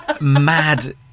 mad